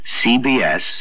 CBS